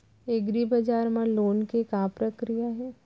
एग्रीबजार मा लोन के का प्रक्रिया हे?